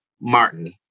Martin